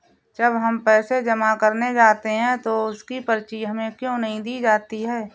जब हम पैसे जमा करने जाते हैं तो उसकी पर्ची हमें क्यो नहीं दी जाती है?